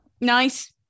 Nice